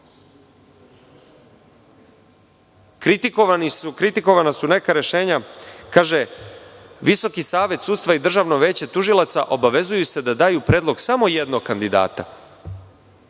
ponavljači. Kritikovana su neka rešenja. Kaže – Visoki savet sudstva i Državno veće tužilaca obavezuju se da daju predlog samo jednog kandidata.